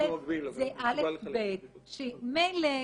מילא,